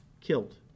killed